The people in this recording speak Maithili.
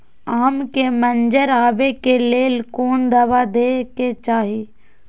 आम के मंजर आबे के लेल कोन दवा दे के चाही?